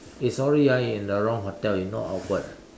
eh sorry ah I in the wrong hotel you not awkward ah